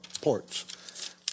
ports